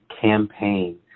campaign